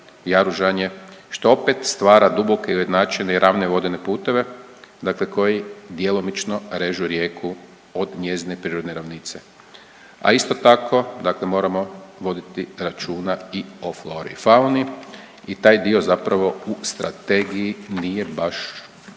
jaružanje što opet stvara duboke i ujednačene i ravne vodene puteve, dakle koji djelomično režu rijeku od njezine prirodne ravnice. A isto tako, dakle moramo voditi računa i o flori i fauni i taj dio zapravo u strategiji nije baš